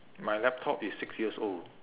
my laptop is six years old